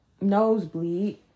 nosebleed